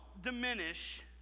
diminish